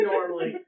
normally